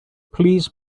please